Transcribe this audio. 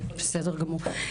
בסדר גמור.